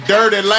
Dirty